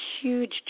huge